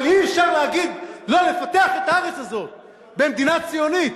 אבל אי-אפשר להגיד: לא לפתח את הארץ הזאת במדינה ציונית.